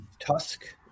Tusk